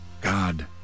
God